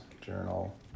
Journal